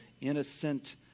innocent